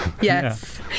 Yes